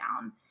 down